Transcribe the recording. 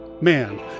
Man